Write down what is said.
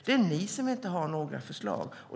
Det är ni som inte har några förslag.